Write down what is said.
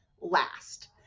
last